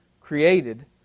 created